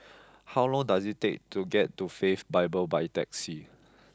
how long does it take to get to Faith Bible by taxi